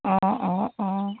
অঁ অঁ অঁ